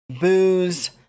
booze